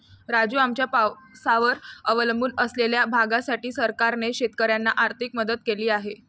राजू, आमच्या पावसावर अवलंबून असलेल्या भागासाठी सरकारने शेतकऱ्यांना आर्थिक मदत केली आहे